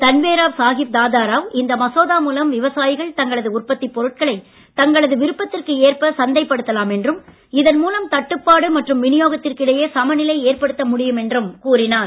தன்வே ராவ் சாஹிப் தாதா ராவ் இந்த மசோதா மூலம் விவசாயிகள் தங்களது உற்பத்திப் பொருட்களை தங்களது விருப்பத்திற்கு ஏற்ப சந்தைப்படுத்தலாம் என்றும் இதன் மூலம் தட்டுப்பாடு மற்றும் விநியோகத்திற்கு இடையே சமநிலை ஏற்படுத்த முடியும் என்றும் கூறினார்